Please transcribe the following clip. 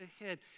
ahead